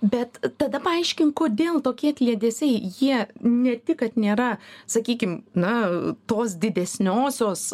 bet tada paaiškink kodėl tokie kliedesiai jie ne tik kad nėra sakykim na tos didesniosios